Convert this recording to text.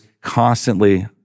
constantly